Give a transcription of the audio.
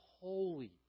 holy